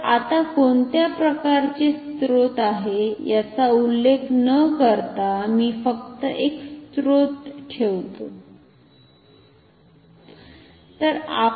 तर आत्ता कोणत्या प्रकारचे स्रोत आहे याचा उल्लेख न करता मी फक्त एक स्त्रोत ठेवतो